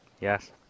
Yes